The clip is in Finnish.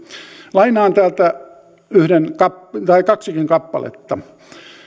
lainaan täältä kaksikin kappaletta